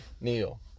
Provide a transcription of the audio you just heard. Neil